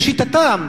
לשיטתם,